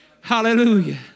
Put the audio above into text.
Hallelujah